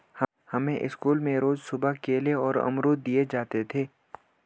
हमें स्कूल में रोज सुबह केले और अमरुद दिए जाते थे